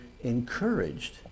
encouraged